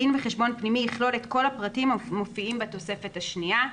דין וחשבון פנימי יכלול את כל הפרטים המופיעים בתוספת השנייה.